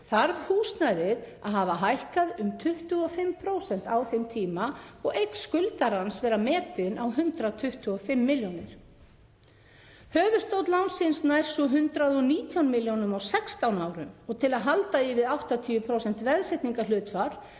þarf húsnæðið að hafa hækkað um 25% á þeim tíma og eign skuldarans að vera metin á 125 milljónir. Höfuðstóll lánsins nær svo 119 millj. kr. á 16 árum og til að halda í við 80% veðsetningarhlutfall